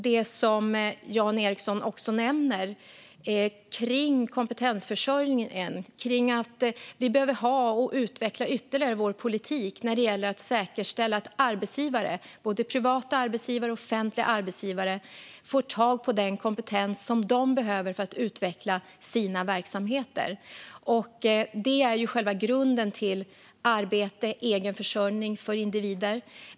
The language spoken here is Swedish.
Det som Jan Ericson nämner när det gäller kompetensförsörjningen är viktigt; vi behöver utveckla vår politik ytterligare för att säkerställa att arbetsgivare, både privata och offentliga, får tag på den kompetens de behöver för att utveckla sina verksamheter. Det är själva grunden för arbete och egen försörjning för individer.